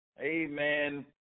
Amen